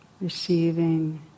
receiving